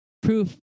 proof